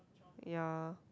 ya